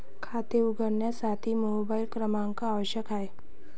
खाते उघडण्यासाठी मोबाइल क्रमांक आवश्यक आहे